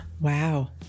Wow